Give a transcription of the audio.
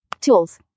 Tools